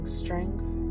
strength